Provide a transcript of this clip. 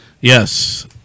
Yes